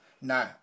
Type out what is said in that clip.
No